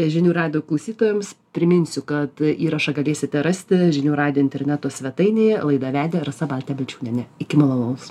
žinių radijo klausytojams priminsiu kad įrašą galėsite rasti žinių radijo interneto svetainėje laidą vedė rasa baltė balčiūnienė iki malonaus